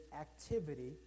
activity